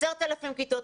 10,000 כיתות,